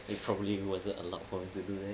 it probably wasn't allowed for him to do that